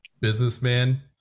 Businessman